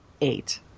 eight